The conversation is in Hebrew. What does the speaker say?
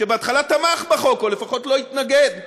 שבהתחלה תמך בחוק, או לפחות לא התנגד,